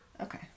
Okay